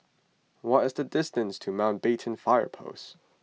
what is the distance to Mountbatten Fire Post